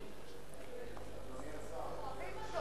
אנחנו אוהבים אותו.